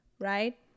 right